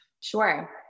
Sure